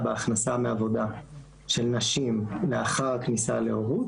בהכנסה מעבודה של נשים לאחר כניסה להורות,